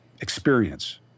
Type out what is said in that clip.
Experience